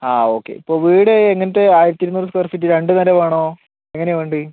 ആ ഓക്കെ ഇപ്പം വീട് എങ്ങനത്തെ ആയിരത്തി ഇരുന്നൂറ് സ്ക്വയർ ഫീറ്റ് രണ്ടു നില വേണോ എങ്ങനെയാണ് വേണ്ടത്